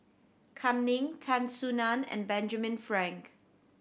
Kam Ning Tan Soo Nan and Benjamin Frank